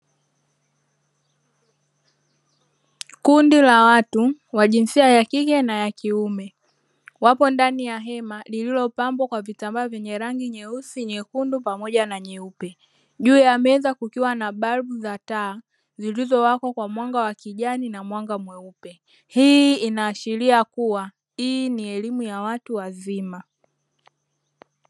Kundi la watu wa jinsia ya kike na ya kiume, wapo ndani ya hema lililopambwa kwa vitambaa vyenye rangi nyeusi, nyekundu pamoja na nyeupe. Juu ya meza kukiwa na balbu za taa, zilizowaka kwa mwanga wa kijani na mwanga mweupe. Hii inaashiria kuwa hii ni elimu ya watu wazima.